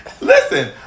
Listen